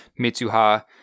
Mitsuha